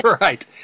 right